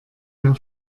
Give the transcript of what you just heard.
mehr